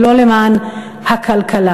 ולא למען הכלכלה.